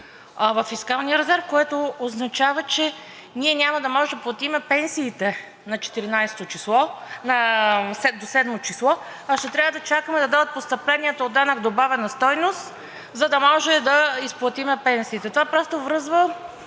във фискалния резерв, което означава, че ние няма да може да платим пенсиите на 7-о число, а ще трябва да чакаме да дойдат постъпленията от данъка върху добавената стойност, за да можем да изплатим пенсиите. Това просто връзва,